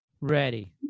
ready